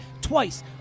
twice